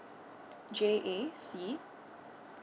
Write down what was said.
j a c